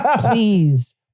please